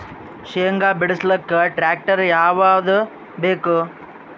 ಶೇಂಗಾ ಬಿಡಸಲಕ್ಕ ಟ್ಟ್ರ್ಯಾಕ್ಟರ್ ಯಾವದ ಬೇಕು?